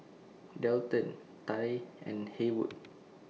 Delton Tye and Haywood